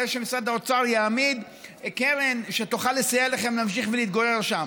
הרי שמשרד האוצר יעמיד קרן שתוכל לסייע לכם להמשיך ולהתגורר שם.